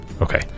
Okay